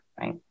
right